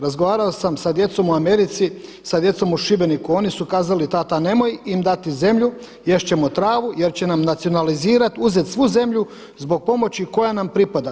Razgovarao sam sa djecom u Americi, sa djecom u Šibeniku oni su kazali, tata nemoj im dati zemlju jest ćemo travu jer će nam nacionalizirati, uzeti svu zemlju zbog pomoći koja nam pripada.